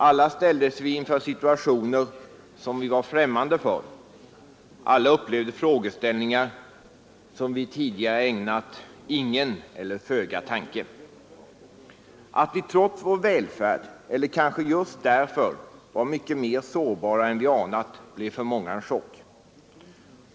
Alla ställdes vi inför situationer som vi var främmande för, alla upplevde vi frågeställningar som vi tidigare ägnat ingen eller föga uppmärksamhet. Att vi trots vår välfärd eller kanske just på grund av den var mycket mer sårbara än vi anat blev för många en chock.